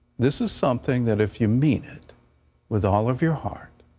this is something that if you mean it with all of your heart,